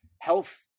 health